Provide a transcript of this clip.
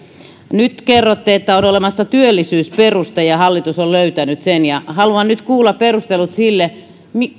nyt kerroitte että on olemassa työllisyysperuste ja hallitus on löytänyt sen haluan nyt kuulla perustelut sille